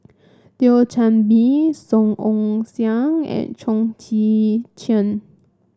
Thio Chan Bee Song Ong Siang and Chong Tze Chien